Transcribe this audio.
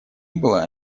было